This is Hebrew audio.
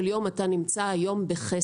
ובסופו של יום אתה נמצא היום בחסר.